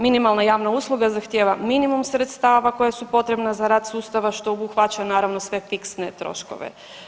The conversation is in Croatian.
Minimalna javna usluga zahtijeva minimum sredstava koja su potrebna za rad sustava, što obuhvaća, naravno sve fiksne troškove.